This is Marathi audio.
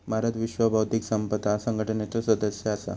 भारत विश्व बौध्दिक संपदा संघटनेचो सदस्य असा